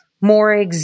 more